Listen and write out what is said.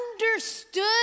understood